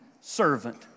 servant